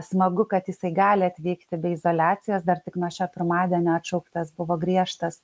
smagu kad jisai gali atvykti be izoliacijos dar tik nuo šio pirmadienio atšauktas buvo griežtas